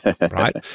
Right